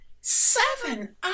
Seven